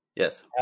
Yes